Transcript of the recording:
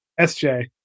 SJ